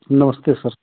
नमस्ते सर